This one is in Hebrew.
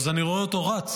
אני רואה אותו רץ